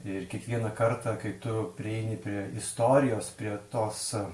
ir kiekvieną kartą kai tu prieini prie istorijos prie tos